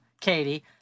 katie